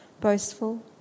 boastful